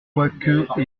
quoique